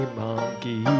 monkey